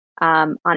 On